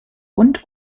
und